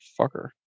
fucker